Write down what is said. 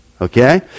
Okay